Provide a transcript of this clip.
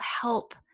help